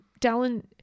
Dallin